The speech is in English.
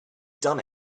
done